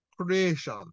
creation